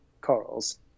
corals